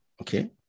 Okay